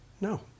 No